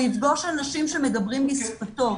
הוא יפגוש אנשים שמדברים בשפתו.